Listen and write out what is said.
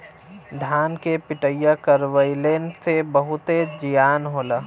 धान के पिटईया करवइले से बहुते जियान होला